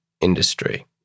industry